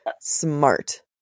smart